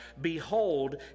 Behold